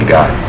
God